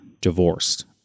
divorced